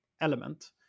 element